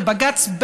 ובג"ץ,